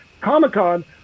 Comic-Con